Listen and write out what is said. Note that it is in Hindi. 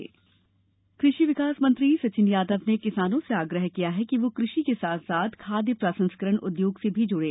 मिर्च महोत्सव कृषि विकास मंत्री सचिन यादव ने किसानों से आग्रह किया है कि वो कृषि के साथ साथ खाद्य प्र संस्करण उद्योग से भी जुड़े